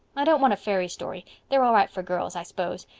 i don't want a fairy story. they're all right for girls, i s'pose,